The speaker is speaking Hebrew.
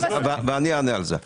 ואני אענה על זה.